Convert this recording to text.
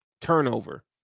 Turnover